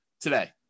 today